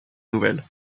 nouvelles